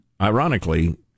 ironically